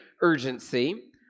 urgency